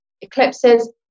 eclipses